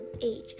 age